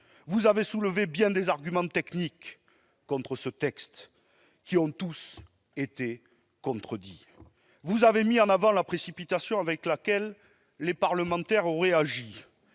Vous avez soulevé bien des arguments techniques contre ce texte, qui ont tous été contredits. Vous avez mis en avant la précipitation avec laquelle les parlementaires auraient agi.